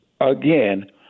again